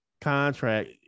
contract